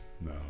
No